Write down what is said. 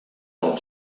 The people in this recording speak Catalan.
del